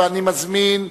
ואני מזמין,